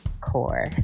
core